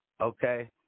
okay